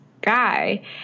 guy